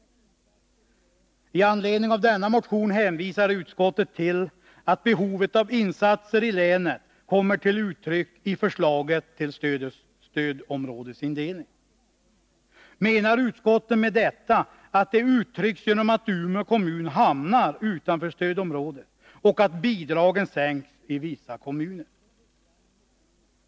Med anledning av denna motion hänvisar utskottet till att behovet av insatser i länet kommer till uttryck i förslaget till stödområdesindelning. Menar utskottet med detta, att det uttrycks genom att Umeå kommun hamnar utanför stödområdet och att bidragen sänks i vissa kommuner?